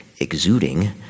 exuding